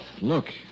Look